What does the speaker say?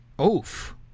Oof